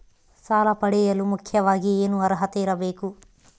ಸಾಲ ಪಡೆಯಲು ಮುಖ್ಯವಾಗಿ ಏನು ಅರ್ಹತೆ ಇರಬೇಕು?